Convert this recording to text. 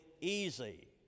easy